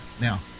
Now